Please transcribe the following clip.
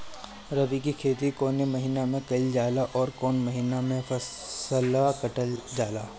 रबी की खेती कौने महिने में कइल जाला अउर कौन् महीना में फसलवा कटल जाला?